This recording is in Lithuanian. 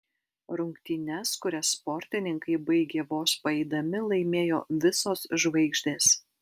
rungtynes kurias sportininkai baigė vos paeidami laimėjo visos žvaigždės